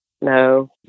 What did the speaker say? no